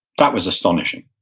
that was astonishing.